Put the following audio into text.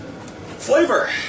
Flavor